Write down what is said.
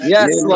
Yes